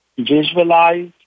Visualize